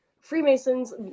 freemasons